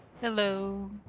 Hello